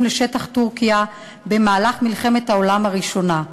לשטח טורקיה במהלך מלחמת העולם הראשונה.